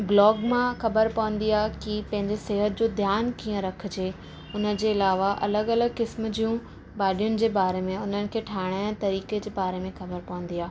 blog मां ख़बर पवंदी आहे की पंहिंजी सिहतु जो ध्यानु कीअं रखिजे हुनजे अलावा अलॻि अलॻि किस्मु जूं भाॼीयुनि जे बारे में हुननि खे ठाहिण जे तरिक़े जे बारे में ख़बर पवंदी आहे